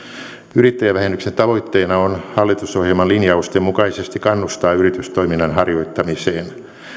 yrittäjävähennyksen tavoitteena on hallitusohjelman linjausten mukaisesti kannustaa yritystoiminnan harjoittamiseen